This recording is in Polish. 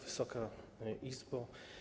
Wysoka Izbo!